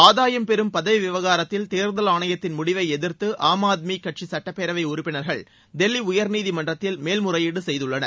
ஆதாயம் பெறும் பதவி விவகாரத்தில் தேர்தல் ஆணையத்தின் முடிவை எதிர்த்து ஆம் ஆத்மி கட்சி சட்டப்பேரவை உறுப்பினர்கள் தில்லி உயர்நீதிமன்றத்தில் மேல்முறையீடு செய்துள்ளனர்